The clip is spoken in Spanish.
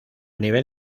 nivel